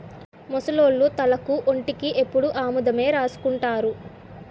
ముసలోళ్లు తలకు ఒంటికి ఎప్పుడు ఆముదమే రాసుకుంటారు